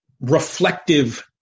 reflective